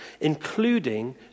including